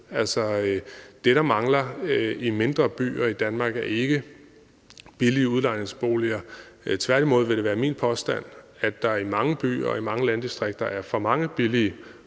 det, der mangler i mindre byer i Danmark, er ikke billige udlejningsboliger. Tværtimod vil det være min påstand, at der i mange byer og i mange landdistrikter er for mange billige